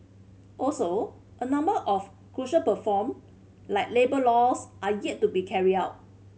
also a number of crucial reform like labour laws are yet to be carried out